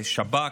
שב"כ,